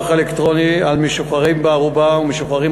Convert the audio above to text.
פיקוח אלקטרוני על משוחררים בערובה ומשוחררים